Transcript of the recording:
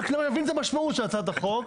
רק להבין את המשמעות של הצעת החוק.